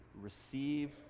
receive